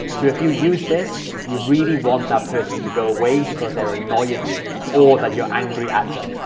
so if you use this you really want that person to go away because they're annoying you or that you're angry at them.